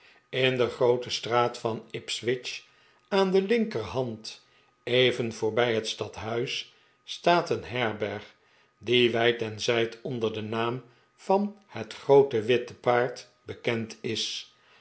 in de groote straat van ipswich aan de linkerhand even voorbij het stadhuis staat een herberg die wijd en zijd onder den naam van het groote witte paard bekend is